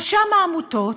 רשם העמותות,